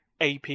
AP